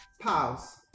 pause